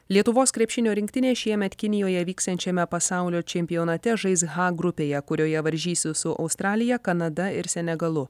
lietuvos krepšinio rinktinė šiemet kinijoje vyksiančiame pasaulio čempionate žais h grupėje kurioje varžysis su australija kanada ir senegalu